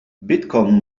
bitcoin